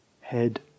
head